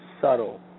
subtle